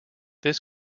this